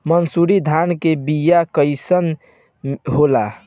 मनसुरी धान के बिया कईसन होला?